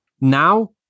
Now